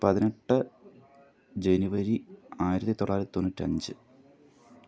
പതിനെട്ട് ജനുവരി ആയിരത്തിത്തൊള്ളായിരത്തി തൊണ്ണൂറ്റഞ്ച്